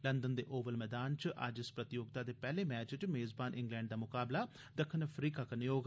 London दे Oval मैदान च अज्ज इस प्रतियोगिता दे पैहले मैच च मेज़बान इंग्लैंड दा मुकाबला दक्खनी अफ्रीका कन्नै होग